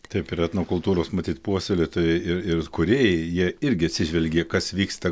taip ir etnokultūros matyt puoselėtojai ir ir kūrėjai jie irgi atsižvelgia į kas vyksta